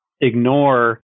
ignore